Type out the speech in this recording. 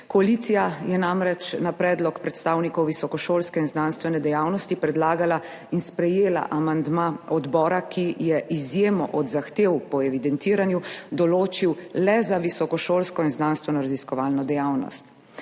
Koalicija je namreč na predlog predstavnikov visokošolske in znanstvene dejavnosti predlagala in sprejela amandma odbora, ki je izjemo od zahtev po evidentiranju določil le za visokošolsko in znanstvenoraziskovalno dejavnost.